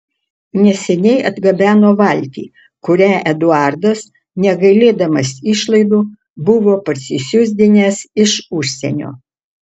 neseniai atgabeno valtį kurią eduardas negailėdamas išlaidų buvo parsisiųsdinęs iš užsienio